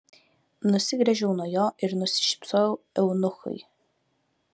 nusigręžiau nuo jo ir nusišypsojau eunuchui